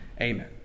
Amen